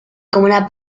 como